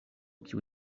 kiu